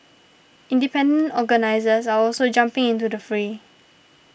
independent organisers are also jumping into the fray